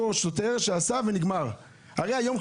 הרי היום,